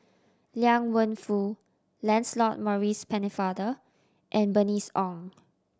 Liang Wenfu Lancelot Maurice Pennefather and Bernice Ong